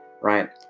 Right